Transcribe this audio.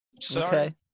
Sorry